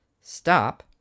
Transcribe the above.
stop